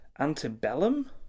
Antebellum